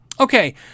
Okay